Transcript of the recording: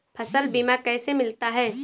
फसल बीमा कैसे मिलता है?